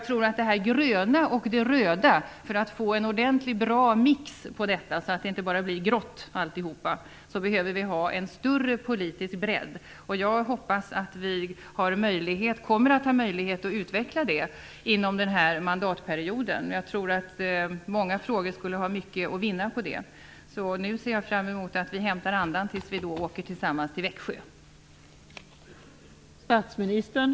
För att få en ordentlig och bra mix på det gröna och röda, så att alltihop inte bara blir grått, tror jag att vi behöver en större politisk bredd. Jag hoppas att vi kommer att ha möjlighet att utveckla det inom den här mandatperioden. Jag tror att vi i många frågor skulle ha mycket att vinna på det. Nu ser jag fram emot att vi hämtar andan, tills vi tillsammans åker till Växjö.